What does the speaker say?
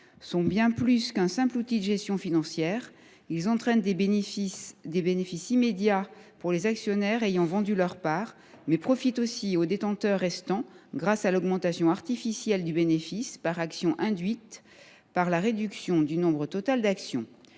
sont bien plus qu’un simple outil de gestion financière. Ils entraînent des bénéfices immédiats pour les actionnaires ayant vendu leurs parts, mais profitent aussi aux détenteurs restants grâce à l’augmentation artificielle du bénéfice par actions induite par la réduction du nombre total d’actions.